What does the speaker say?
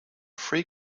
free